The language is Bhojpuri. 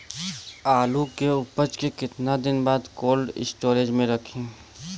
आलू के उपज के कितना दिन बाद कोल्ड स्टोरेज मे रखी?